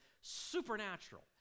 supernatural